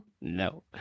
No